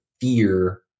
fear